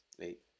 Eight